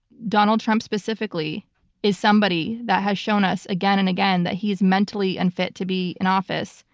donald trump specifically is somebody that has shown us again and again that he is mentally unfit to be in office.